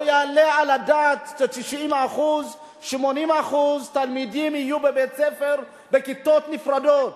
לא יעלה על דעת ש-80% 90% מהתלמידים יהיו בבית-ספר בכיתות נפרדות.